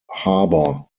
harbor